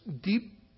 deep